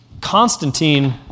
Constantine